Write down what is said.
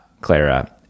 Clara